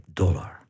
dollar